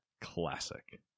Classic